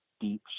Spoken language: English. deep